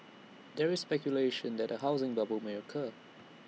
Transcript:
there is speculation that A housing bubble may occur